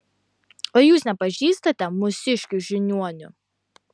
o jūs nepažįstate mūsiškių žiniuonių